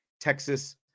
Texas